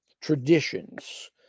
traditions